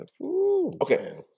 Okay